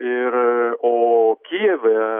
ir o kijeve